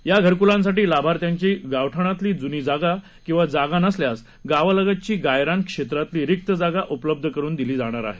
या घरक्लांसाठी लाभार्थ्यांची गावठाणातली जुनी जागा किंवा जागा नसल्यास गावालगतची गायरान क्षेत्रातली रिक्त जागा उपलब्ध करून दिली जाणार आहे